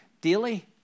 daily